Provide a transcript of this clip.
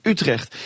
Utrecht